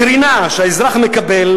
הקרינה שהאזרח מקבל,